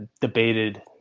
debated